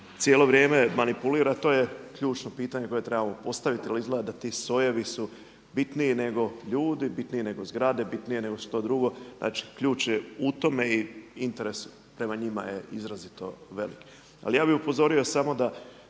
cijelo vrijeme manipulira. To je ključno pitanje koje trebamo postaviti. Ali izgleda da ti sojevi su bitniji nego ljudi, bitniji nego zgrade, bitnije nego što drugo. Znači ključ je u tome i interes prema njima je izrazito velik. Ali ja bih upozorio samo da